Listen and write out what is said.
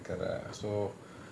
time we got five more minutes